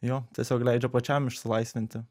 jo tiesiog leidžia pačiam išsilaisvinti